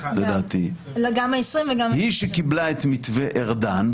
גם ה-20 וגם 23. -- היא שקיבלה את מתווה ארדן